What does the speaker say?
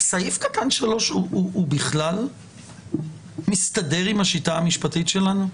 האם סעיף קטן (3) מסתדר עם השיטה המשפטית שלנו?